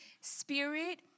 spirit